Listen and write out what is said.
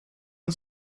and